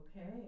Okay